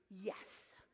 yes